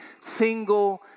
single